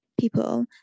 people